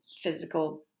physical